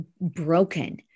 broken